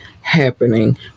happening